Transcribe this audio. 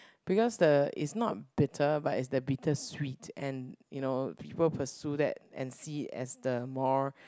because the is not bitter but is the bitter sweet and you know people pursue that and see it as the more